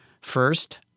first